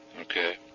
Okay